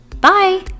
Bye